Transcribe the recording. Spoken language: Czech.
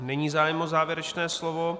Není zájem o závěrečné slovo.